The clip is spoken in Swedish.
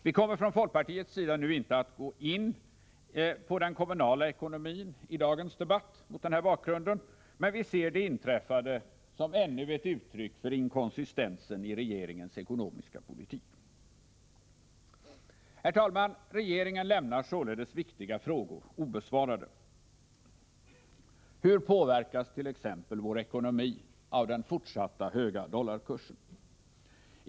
Vi kommer från folkpartiets sida mot den här bakgrunden inte att gå in på den kommunala ekonomin i dagens debatt, men vi ser det inträffade som ännu ett uttryck för inkonsistensen i regeringens ekonomiska politik. Herr talman! Regeringen lämnar således viktiga frågor obesvarade. Hur påverkas t.ex. vår ekonomi av den fortsatta höga dollarkursen?